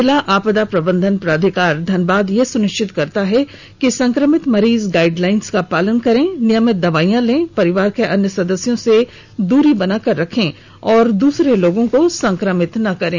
जिला आपदा प्रबंधन प्राधिकार धनबाद यह सुनिश्चित करता है कि संक्रमित मरीज गाइडलाइंस का पालन करें नियमित दवाइयां ले परिवार के अन्य सदस्यों से दूरी बनाकर रखें और दूसरे लोगों को संक्रमित न करें